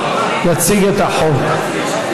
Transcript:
יציג את החוק.